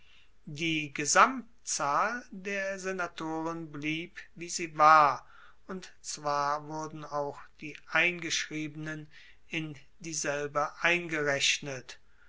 die gesamtzahl der senatoren blieb wie sie war und zwar wurden auch die eingeschriebenen in dieselbe eingerechnet